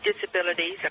disabilities